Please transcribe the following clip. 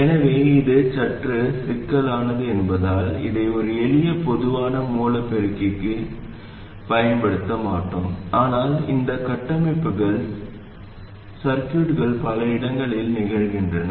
எனவே இது சற்று சிக்கலானது என்பதால் இதை ஒரு எளிய பொதுவான மூல பெருக்கிக்கு பொதுவாக பயன்படுத்த மாட்டோம் ஆனால் இந்த கட்டமைப்புகள் சுற்றுகளில் பல இடங்களில் நிகழ்கின்றன